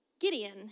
Gideon